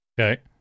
Okay